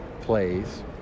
plays